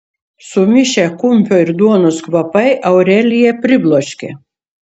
sumišę kumpio ir duonos kvapai aureliją pribloškė